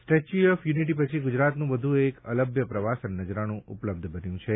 statue of Unity પછી ગુજરાતનું વધુ એક અલભ્ય પ્રવાસન નજરાણું ઉપલબ્ધ બન્યું છે